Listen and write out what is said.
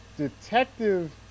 Detective